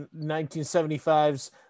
1975's